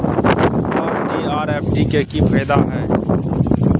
RD आर FD के की फायदा हय?